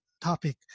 topic